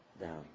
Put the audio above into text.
down